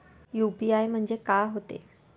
UPI म्हणजे का होते?